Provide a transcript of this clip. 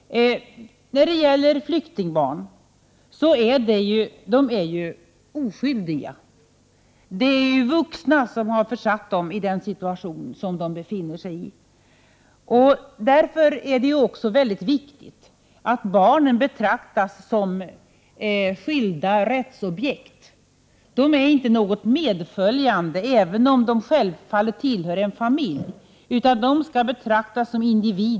Flyktingbarnen är ju oskyldiga. Det är vuxna som har försatt dem i den situation som de befinner sig i. Därför är det väldigt viktigt att barnen betraktas som skilda rättsobjekt. De får inte vara någonting medföljande, även om de självfallet tillhör en familj, utan de skall betraktas som individer — Prot.